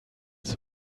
zum